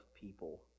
people